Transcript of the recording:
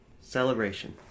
celebration